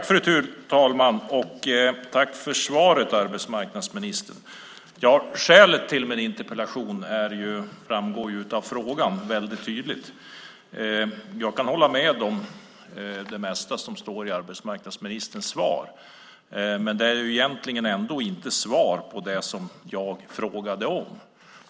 Fru talman! Tack för svaret, arbetsmarknadsministern! Skälet till min interpellation framgår ju väldigt tydligt av frågan. Jag kan hålla med om det mesta som står i arbetsmarknadsministerns svar, men det är egentligen ändå inte svar på det som jag frågade om.